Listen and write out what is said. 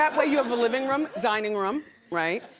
that way you have a living room, dining room, right?